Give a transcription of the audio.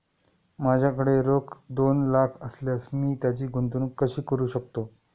माझ्याकडे रोख दोन लाख असल्यास मी त्याची गुंतवणूक कशी करू शकतो?